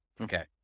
Okay